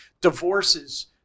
divorces